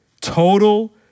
Total